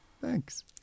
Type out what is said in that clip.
Thanks